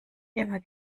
immer